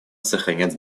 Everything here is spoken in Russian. сохранять